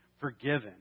forgiven